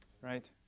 right